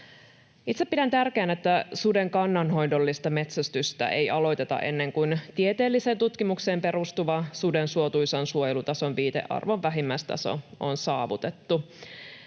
Itse pidän tärkeänä, että suden kannanhoidollista metsästystä ei aloiteta ennen kuin tieteelliseen tutkimukseen perustuva suden suotuisan suojelutason viitearvon vähimmäistaso on saavutettu.